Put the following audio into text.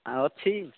ଅଛି